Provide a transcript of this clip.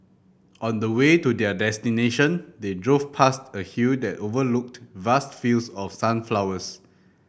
on the way to their destination they drove past a hill that overlooked vast fields of sunflowers